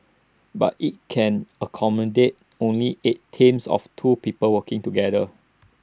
but IT can accommodate only eight teams of two people working together